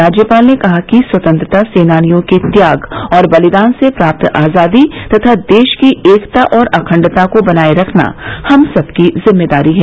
राज्यपाल ने कहा कि स्वतंत्रता सेनानियों के त्याग और बलिदान से प्राप्त आजादी तथा देश की एकता और अखण्डता को बनाये रखना हम सबकी जिम्मेदारी है